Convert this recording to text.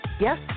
Yes